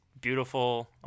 beautiful